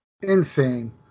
Insane